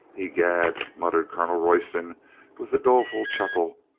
i'gad, muttered colonel royston with a doleful chuckle,